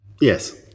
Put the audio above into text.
Yes